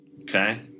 Okay